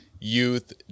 Youth